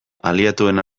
aliatuen